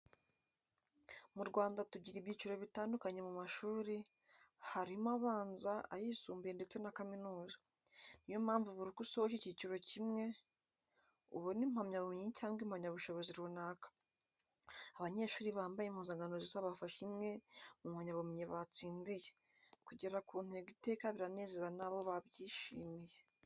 Mu Rwanda tugira ibyiciro bitandukanye mu mashuri, harimo: abanza, ayisumbuye ndetse na kaminuza. Ni yo mpamvu buri uko usoje icyiciro kimwe ubona impamyabumenyi cyangwa impamyabushobozi runaka. Abanyeshuri bambaye impuzankano zisa bafashe imwe mu mpamyabumenyi batsindiye. Kugera ku ntego iteka biranezeza na bo babyishimiye.